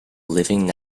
living